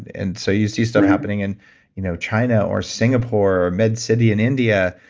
and so you see stuff happening in you know china or singapore or med city in india,